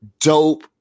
dope